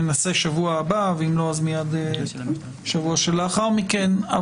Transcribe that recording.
ננסה בשבוע הבא או בשבוע שלאחר מכן.